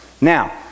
Now